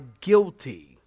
guilty